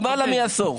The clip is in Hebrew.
למעלה מעשור.